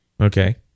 Okay